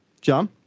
John